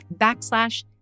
backslash